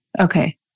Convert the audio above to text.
Okay